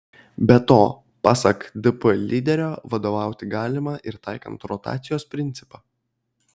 be to pasak dp lyderio vadovauti galima ir taikant rotacijos principą